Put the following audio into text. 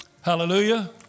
Hallelujah